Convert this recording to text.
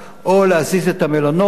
או להזיז את המלונות.